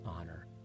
honor